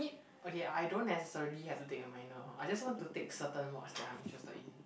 I mean okay I don't necessarily have to take a minor I just want to take certain mods that I'm interested in